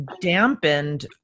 dampened